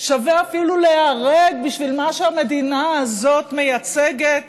שווה אפילו להיהרג בשביל מה שהמדינה הזאת מייצגת,